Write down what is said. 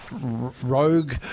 rogue